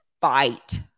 fight